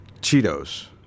Cheetos